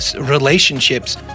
relationships